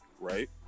right